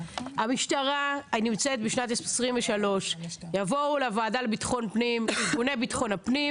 המשטרה נמצאת בשנת 2023. יבואו לוועדה לביטחון פנים ארגוני ביטחון הפנים